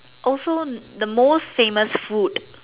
also the most famous food